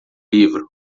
livro